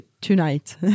tonight